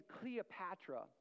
Cleopatra